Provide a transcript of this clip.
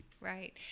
Right